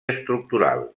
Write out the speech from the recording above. estructural